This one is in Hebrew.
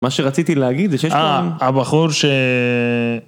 מה שרציתי להגיד זה שיש שם אה, הבחור ש...